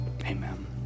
amen